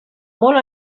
molt